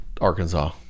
arkansas